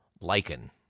lichen